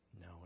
No